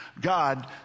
God